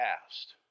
past